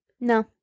No